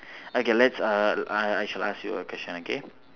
okay let's uh I I shall ask you a question okay